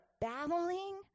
battling